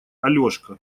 алешка